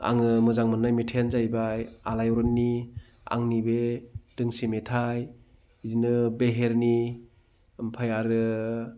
आङो मोजां मोननाय मेथाइआनो जाहैबाय आलायारननि आंनि बे दोंसे मेथाइ बिदिनो बेहेरनि ओमफ्राय आरो